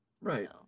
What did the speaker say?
right